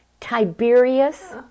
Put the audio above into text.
Tiberius